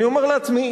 אני אומר לעצמי,